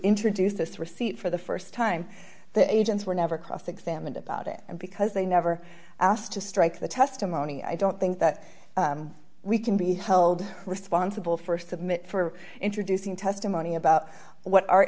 introduce this receipt for the st time the agents were never cross examined about it and because they never asked to strike the testimony i don't think that we can be held responsible for submit for introducing testimony about what our